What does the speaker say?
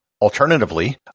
Alternatively